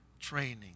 training